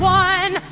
one